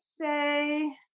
say